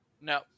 No